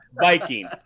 Vikings